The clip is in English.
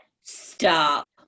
Stop